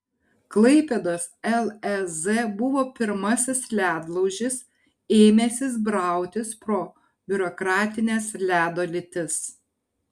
klaipėdos lez buvo pirmasis ledlaužis ėmęsis brautis pro biurokratines ledo lytis